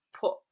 put